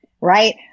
Right